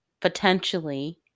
potentially